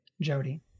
Jody